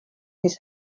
his